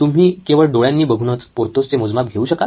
तुम्ही केवळ डोळ्यांनी बघूनच पोर्थोसचे मोजमाप घेऊ शकाल